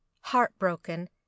heartbroken